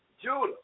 Judah